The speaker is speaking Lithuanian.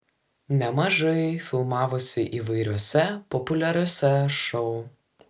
nemažai filmavosi įvairiuose populiariuose šou